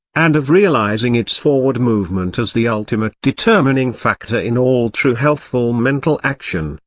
and of realising its forward movement as the ultimate determining factor in all true healthful mental action,